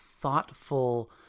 thoughtful